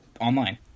online